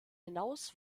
hinaus